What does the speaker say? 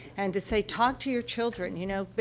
and to say, talk to your children. you know? but